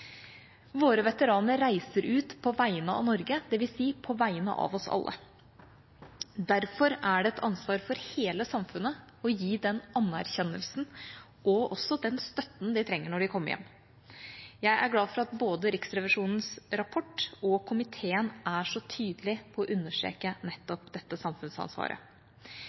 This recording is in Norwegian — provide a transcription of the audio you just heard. Våre veteraner reiser ut på vegne av Norge, dvs. på vegne av oss alle. Derfor er det et ansvar for hele samfunnet å gi dem den anerkjennelsen og også den støtten de trenger når de kommer hjem. Jeg er glad for at både Riksrevisjonens rapport og komiteen er så tydelig på å understreke nettopp dette samfunnsansvaret.